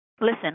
listen